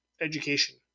education